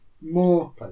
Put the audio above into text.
more